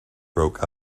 broke